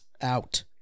out